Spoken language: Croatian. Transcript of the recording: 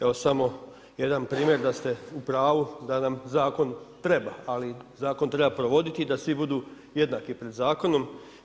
Evo samo jedan primjer da ste upravu, da nam zakon treba, ali zakon treba provoditi i da svi budu jednaki pred zakonom.